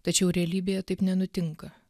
tačiau realybėje taip nenutinka